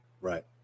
right